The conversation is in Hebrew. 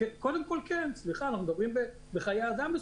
מדובר בסוף בחיי אדם.